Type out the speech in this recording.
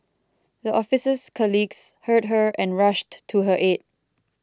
the officer's colleagues heard her and rushed to her aid